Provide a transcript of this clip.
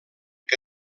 que